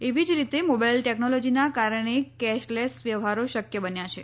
એવી જ રીતે મોબાઇલ ટેકનોલોજીના કારણે કેસલેશ વ્યવહારો શક્ય બન્યા છે